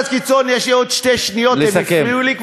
יש לי עוד שתי שניות והם הפריעו לי.